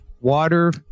Water